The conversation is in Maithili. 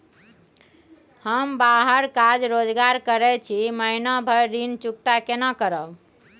हम बाहर काज रोजगार करैत छी, महीना भर ऋण चुकता केना करब?